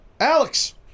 Alex